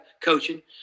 coaching